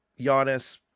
Giannis